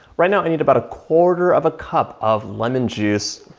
right now i need about a quarter of a cup of lemon juice.